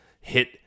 hit